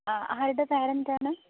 ആ ആരുടെ പേരന്റാണ്